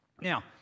Now